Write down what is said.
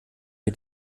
mit